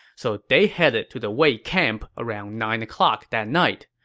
so they headed to the wei camp around nine o'clock that night.